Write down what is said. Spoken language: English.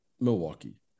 Milwaukee